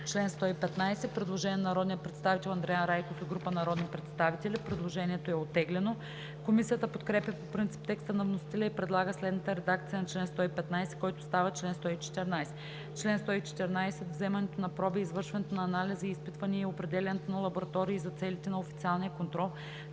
чл. 115 има предложение на народния представител Андриан Райков и група народни представители. Предложението е оттеглено. Комисията подкрепя по принцип текста на вносителя и предлага следната редакция на чл. 115, който става чл. 114: „Чл. 114. Вземането на проби, извършването на анализи и изпитвания и определянето на лаборатории за целите на официалния контрол